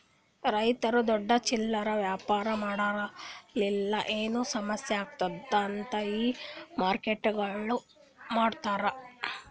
ರೈತುರು ದೊಡ್ಡ ಚಿಲ್ಲರೆ ವ್ಯಾಪಾರ ಮಾಡೋರಲಿಂತ್ ಏನು ಸಮಸ್ಯ ಆಗ್ಬಾರ್ದು ಅಂತ್ ಈ ಮಾರ್ಕೆಟ್ಗೊಳ್ ಮಾಡ್ಯಾರ್